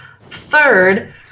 third